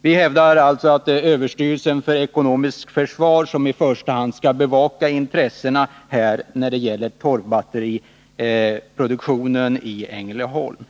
Vi hävdar att det är överstyrelsen för ekonomiskt försvar som i första hand skall bevaka intressena när det gäller torrbatteriproduktionen i Ängelholm.